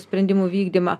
sprendimų vykdymą